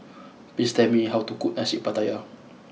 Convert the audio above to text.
please tell me how to cook Nasi Pattaya